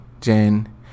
Jen